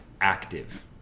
active